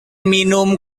minum